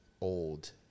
old